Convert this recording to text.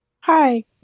Hi